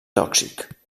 tòxic